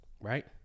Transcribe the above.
Right